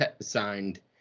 signed